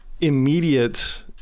immediate